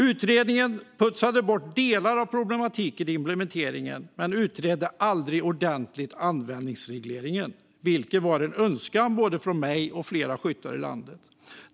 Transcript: Den utredningen putsade bort delar av problematiken i implementeringen men utredde aldrig användarregleringen ordentligt, vilket var en önskan från både mig och flera skyttar i landet.